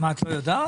את לא יודעת?